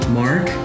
mark